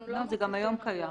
אנחנו לא מוסיפים עבירות.